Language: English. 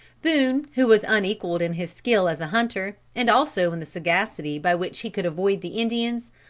boone, who was unequalled in his skill as a hunter, and also in the sagacity by which he could avoid the indians,